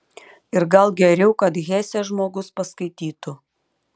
ir gal geriau kad hesę žmogus paskaitytų